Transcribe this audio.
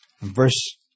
verse